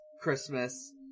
Christmas